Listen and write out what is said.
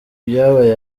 ibyabaye